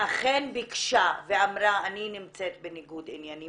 אכן ביקשה ואמרה: אני נמצאת בניגוד עניינים,